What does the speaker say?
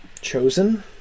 chosen